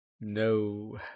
No